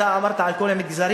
אומנם אתה דיברת על כל המגזרים,